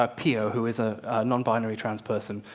ah pio, who is a nonbinary trans person,